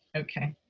okay.